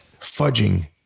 fudging